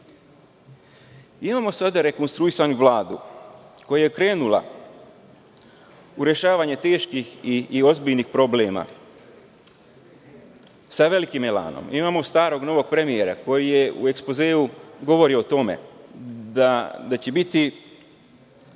menja. Imamo sada rekonstruisanu Vladu koja je krenula u rešavanje teških i ozbiljnih problema sa velikim elanom. Imamo starog – novog premijera koji je u ekspozeu govorio o tome da će biti